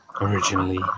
Originally